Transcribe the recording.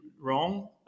wrong